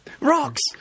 Rocks